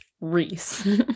Reese